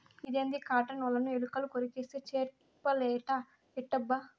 ఇదేంది కాటన్ ఒలను ఎలుకలు కొరికేస్తే చేపలేట ఎట్టబ్బా